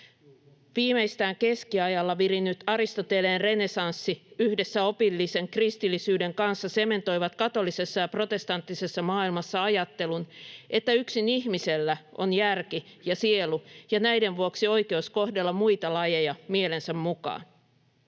Viimeistään keskiajalla virinnyt Aristoteleen renessanssi yhdessä opillisen kristillisyyden kanssa sementoivat katolisessa ja protestanttisessa maailmassa ajattelun, että yksin ihmisellä on järki ja sielu ja näiden vuoksi on oikeus kohdella muita lajeja mielensä mukaan.